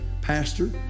Pastor